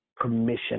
permission